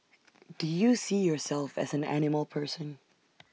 do you see yourself as an animal person